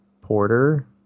porter